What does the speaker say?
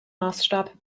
maßstab